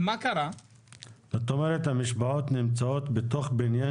זאת אומרת המשפחות נשארות בתוך בניין